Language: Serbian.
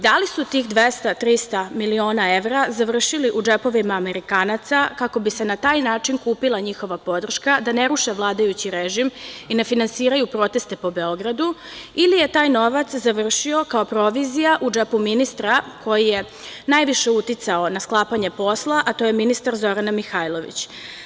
Da li su tih 200, 300 miliona evra završili u džepovima Amerikanaca kako bi se na taj način kupila njihova podrška, da ne ruše vladajući režim i ne finansiraju proteste po Beogradu ili je taj novac završio kao provizija u džepu ministra koji je najviše uticao na sklapanje posla, a to je ministar Zorana Mihajlović?